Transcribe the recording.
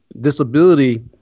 disability